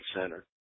Center